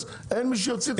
אין מי שיוציא את הסחורה.